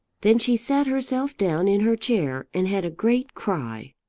then she sat herself down in her chair and had a great cry.